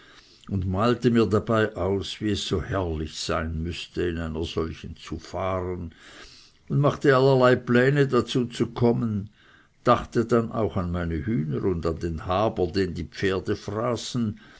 und malte mir dabei aus wie es so herrlich sein müßte in einer solchen zu fahren und machte mancherlei pläne dazu zu kommen dachte dann auch an meine hühner und an den haber den die pferde fraßen